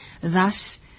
Thus